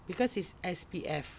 cause it's S_P_F